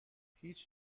هیچ